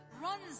runs